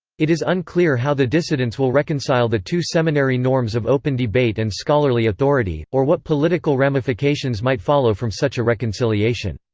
it is unclear how the dissidents will reconcile the two seminary norms of open debate and scholarly authority, or what political ramifications might follow from such a reconciliation.